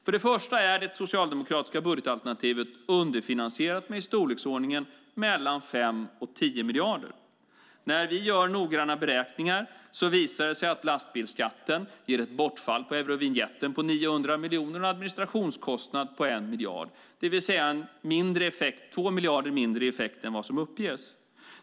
Först och främst är det socialdemokratiska budgetalternativet underfinansierat med i storleksordningen mellan 5 och 10 miljarder. När vi gör noggranna beräkningar visar det sig att lastbilsskatten blir ett bortfall från Eurovinjetten på 900 miljoner och administrationskostnader på 1 miljard, det vill säga 2 miljarder mindre effekt än vad som uppges.